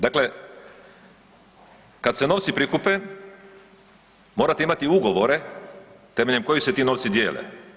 Dakle, kad se novci prikupe morate imati ugovore temeljem kojih se ti novci dijele.